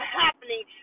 happening